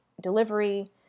delivery